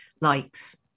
likes